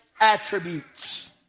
attributes